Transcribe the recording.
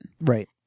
Right